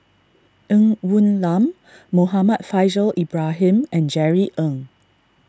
Ng Woon Lam Muhammad Faishal Ibrahim and Jerry Ng